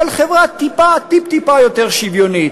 אבל חברה טיפ-טיפה יותר שוויונית.